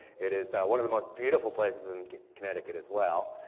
it is one of the most beautiful places in connecticut as well.